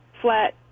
flat